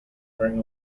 wearing